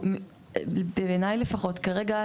בעיני לפחות כרגע,